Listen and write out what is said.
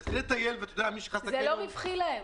להתחיל לטייל בקניון --- זה לא רווחי להם,